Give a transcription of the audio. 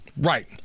Right